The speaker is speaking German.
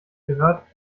gehört